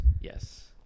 yes